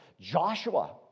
Joshua